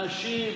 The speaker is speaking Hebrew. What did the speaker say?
נשים,